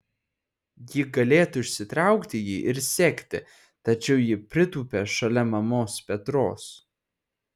ji galėtų išsitraukti jį ir sekti tačiau ji pritūpia šalia mamos petros